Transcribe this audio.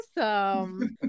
awesome